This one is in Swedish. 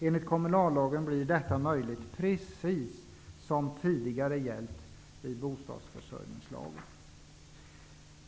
Enligt kommunallagen blir detta möjligt precis som tidigare gällt i bostadsförsörjningslagen.